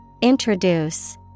Introduce